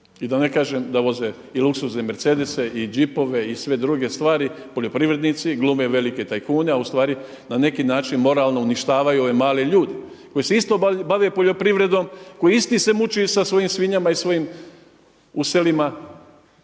I da ne kažem da voze i luksuzne mercedese i đipove i sve druge stvari, poljoprivrednici, glume velike tajkune a ustvari na neki način moralno uništavaju ove male ljude koji se isto bave poljoprivredom, koji isto se muči sa svojim svinjama i svojim u selima